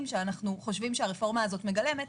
שאנחנו חושבים שהרפורמה הזו מגלמת,